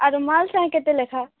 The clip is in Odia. ଆରୁ ମାଲ୍ ସାଙ୍ଗେ କେତେ ଲେଖା